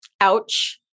Ouch